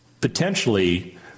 potentially